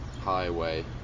highway